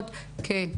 כן.